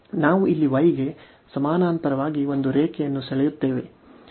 ನಾವು ಇಲ್ಲಿ y ಗೆ ಸಮಾನಾಂತರವಾಗಿ ಒಂದು ರೇಖೆಯನ್ನು ಸೆಳೆಯುತ್ತೇವೆ